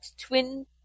twin